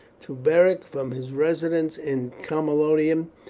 to beric, from his residence in camalodunum,